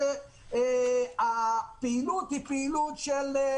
וותיקות שלא ראו את בני משפחותיהם ויקיריהם מאז חודש מרץ.